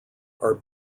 are